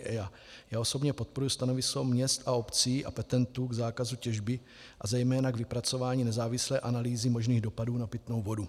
Já osobně podporuji stanovisko měst a obcí a petentů k zákazu těžby a zejména k vypracování nezávislé analýzy možných dopadů na pitnou vodu.